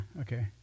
okay